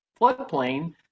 floodplain